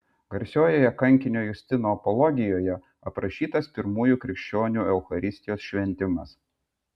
garsiojoje kankinio justino apologijoje aprašytas pirmųjų krikščionių eucharistijos šventimas